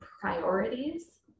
priorities